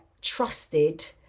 trusted